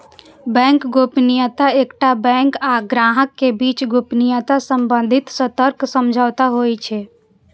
bank गोपनीयता एकटा bank आ ग्राहक के बीच गोपनीयता संबंधी सशर्त समझौता होइ छै